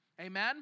Amen